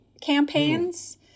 campaigns